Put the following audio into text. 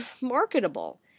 marketable